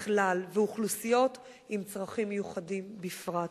בכלל, ואוכלוסיות עם צרכים מיוחדים בפרט.